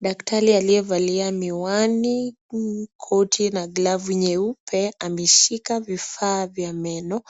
Dakatri aliyevalia miwani, koti na glavu nyeupe ameshika vifaa vya meno